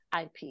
IP